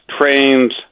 trains